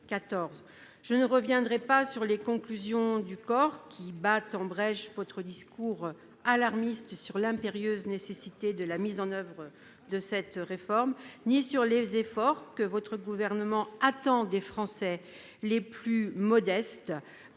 Je ne reviendrai pas sur les conclusions du COR qui battent en brèche votre discours alarmiste sur l'impérieuse nécessité de mettre en oeuvre cette réforme ni sur les efforts que votre gouvernement attend des Français les plus modestes